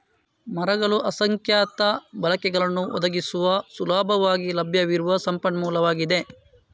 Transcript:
ಮರಗಳು ಅಸಂಖ್ಯಾತ ಬಳಕೆಗಳನ್ನು ಒದಗಿಸುವ ಸುಲಭವಾಗಿ ಲಭ್ಯವಿರುವ ಸಂಪನ್ಮೂಲವಾಗಿದೆ